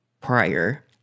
prior